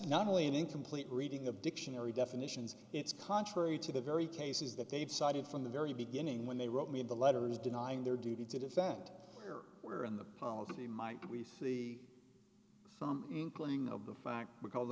not only an incomplete reading of dictionary definitions it's contrary to the very cases that they've cited from the very beginning when they wrote me the letter is denying their duty to defend we are in the policy my the some inkling of the fact because